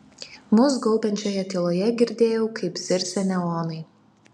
mus gaubiančioje tyloje girdėjau kaip zirzia neonai